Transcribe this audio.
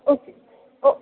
okay ओ